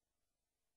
גם לאירופה,